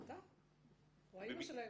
אתה, או האימא שלה.